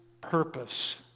purpose